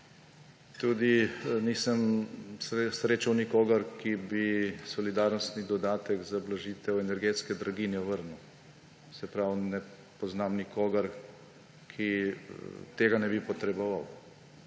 Tudi nisem srečal nikogar, ki bi solidarnostni dodatek za blažitev energetske draginje vrnil. Se pravi, ne poznam nikogar, ki tega ne bi potreboval.